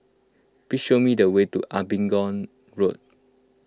please show me the way to Abingdon Road